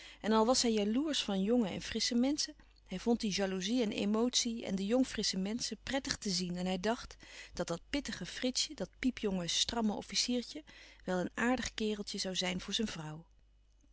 en al was hij jaloersch van jonge en frissche menschen hij vond die jaloezie een emotie en de louis couperus van oude menschen de dingen die voorbij gaan jong frissche menschen prettig te zien en hij dacht dat dat pittige fritsje dat piepjonge stramme officiertje wel een aardig kereltje zoû zijn voor zijn vrouw